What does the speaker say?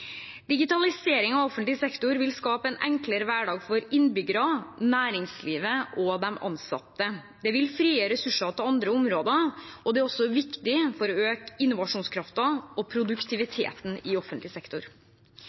av offentlig sektor vil skape en enklere hverdag for innbyggere, næringsliv og ansatte. Det vil frigjøre ressurser til andre områder, og det er også viktig for å øke innovasjonskraften og produktiviteten i offentlig sektor.